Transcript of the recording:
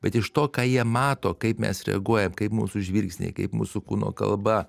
bet iš to ką jie mato kaip mes reaguojam kaip mūsų žvilgsniai kaip mūsų kūno kalba